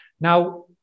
Now